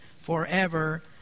forever